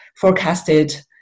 forecasted